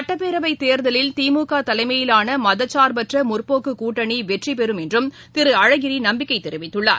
சுட்டப்பேரவைத் தேர்தலில் திமுகதலைமையிலானமதசார்பற்றமுற்போக்குகூட்டணிவெற்றிபெறும் என்றும் திருஅழகிரிநம்பிக்கைதெரிவித்தார்